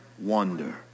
wonder